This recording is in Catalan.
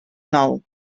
nou